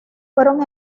fueron